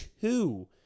two